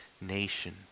nation